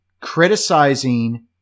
criticizing